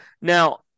Now